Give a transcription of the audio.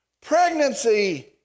Pregnancy